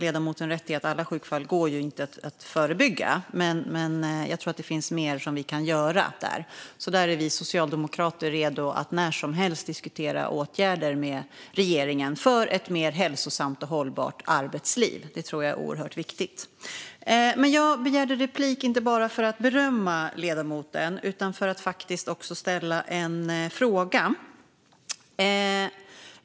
Ledamoten har rätt i att alla sjukfall inte går att förebygga, men jag tror att det finns mer vi kan göra där. Vi socialdemokrater är redo att när som helst diskutera åtgärder med regeringen för ett mer hälsosamt och hållbart arbetsliv. Det tror jag är oerhört viktigt. Men jag begärde replik inte bara för att berömma ledamoten utan också för att ställa en fråga.